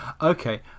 Okay